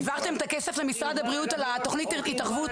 העברתם את הכסף למשרד הבריאות על התוכנית התערבות?